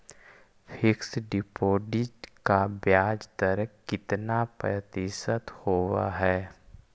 Fix deposit का ब्याज दर कितना प्रतिशत होब है?